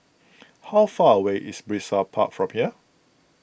how far away is Brizay Park from here